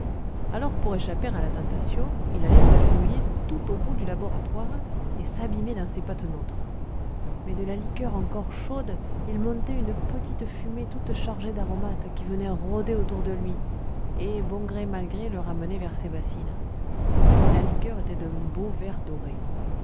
alors pour échapper à la tentation il allait s'agenouiller tout au bout du laboratoire et s'abîmait dans ses patenôtres mais de la liqueur encore chaude il montait une petite fumée toute chargée d'aromates qui venait rôder autour de lui et bon gré mal gré le ramenait vers les bassines la liqueur était d'un beau vert doré